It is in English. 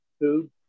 food